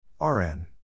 Rn